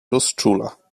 rozczula